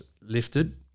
lifted